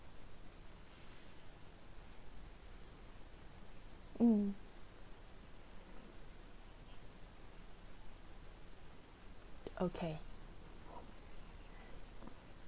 mm okay